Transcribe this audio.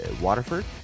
Waterford